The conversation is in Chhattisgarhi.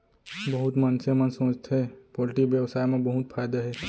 बहुत मनसे मन सोचथें पोल्टी बेवसाय म बहुत फायदा हे